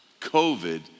COVID